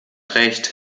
recht